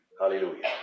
Hallelujah